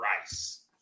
Rice